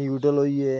noodle होई गे